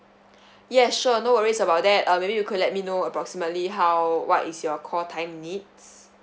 yes sure no worries about that uh maybe you could let me know approximately how what is your call time needs